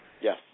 Yes